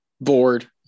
bored